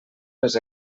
les